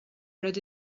bred